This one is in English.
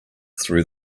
through